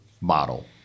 model